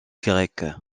grecque